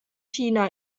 china